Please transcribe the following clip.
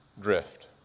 drift